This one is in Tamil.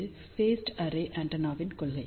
இது ஃபேஸ்டு அரே ஆண்டெனாவின் கொள்கை